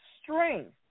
strength